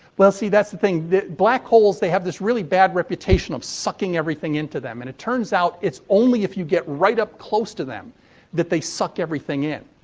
see, that's the thing. black holes, they have this really bad reputation of sucking everything into them. and, it turns out, it's only if you get right up close to them that they suck everything in.